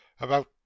About